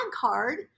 card